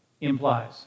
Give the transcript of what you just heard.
implies